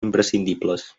imprescindibles